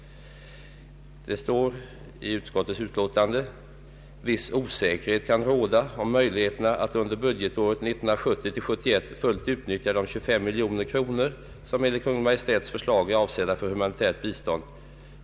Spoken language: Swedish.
Det står i utskottets utlåtande: ”Viss osäkerhet kan råda om möjligheterna att under budgetåret 1970/71 fullt ut nyttja de 25 milj.kr., som enligt Kungl. Maj:ts förslag är avsedda för humanitärt bistånd.